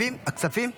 כספים --- כספים?